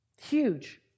Huge